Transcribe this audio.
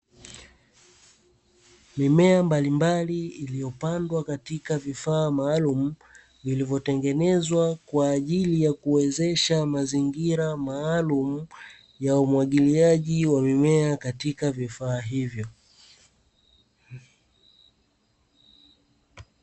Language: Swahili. Mimea mbalimbali iliyopandwa katika vifaa maalumu vilivyotengenezwa, kwa ajili ya kuwezesha mazingira maalumu ya umwagiliaji wa mimea katika vifaa hivyo.